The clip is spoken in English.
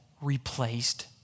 replaced